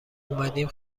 اومدیم